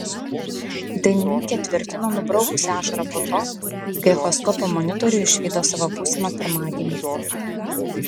dainininkė tvirtino nubraukusi ašarą po to kai echoskopo monitoriuje išvydo savo būsimą pirmagimį